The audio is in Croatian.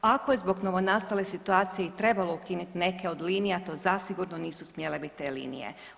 Ako je zbog novonastale situacije i trebalo ukinut neke od linija, to zasigurno nisu smjele bit te linije.